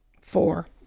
four